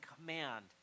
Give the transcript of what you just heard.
command